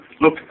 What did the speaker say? Look